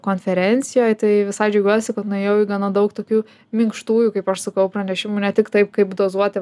konferencijoj tai visai džiaugiuosi kad nuėjau į gana daug tokių minkštųjų kaip aš sakau pranešimų ne tiktai kaip dozuoti